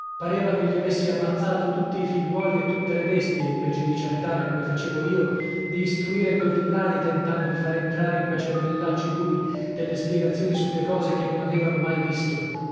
pareva che gli avessi ammazzato tutti i figliuoli e tutte le bestie invece di cercare come facevo io di istruire que villani tentando di far entrare in que cervellacci duri delle spiegazioni sulle cose che non avevano mai visto